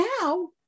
now